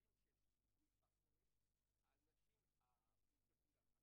גם פורסם בעיתונים בינלאומיים,